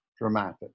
dramatic